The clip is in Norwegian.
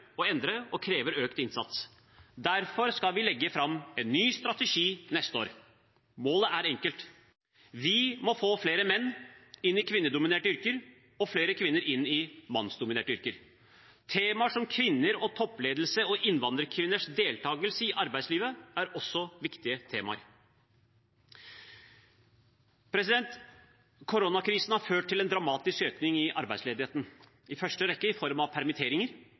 endre og krever økt innsats. Derfor skal vi legge fram en ny strategi neste år. Målet er enkelt: Vi må få flere menn inn i kvinnedominerte yrker og flere kvinner inn i mannsdominerte yrker. Temaer som kvinner og toppledelse og innvandrerkvinners deltakelse i arbeidslivet er også viktige temaer. Koronakrisen har ført til en dramatisk økning i arbeidsledigheten, i første rekke i form av permitteringer,